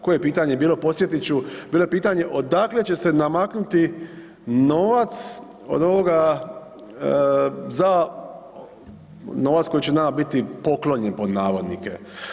Koje pitanje je bilo, podsjetit ću, bilo je pitanje, odakle će se namaknuti novac od ovoga za, novac koji će nama biti poklonjen pod navodnike?